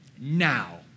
Now